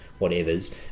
...whatevers